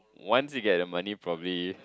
once you get the money probably